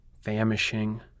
famishing